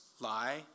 lie